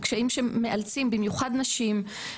קשיים שמאלצים במיוחד נשים,